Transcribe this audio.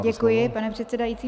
Děkuji, pane předsedající.